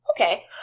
Okay